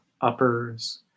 uppers